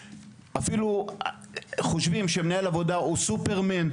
אפילו אם חושבים שמנהל העבודה הוא סופרמן,